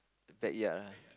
the backyard lah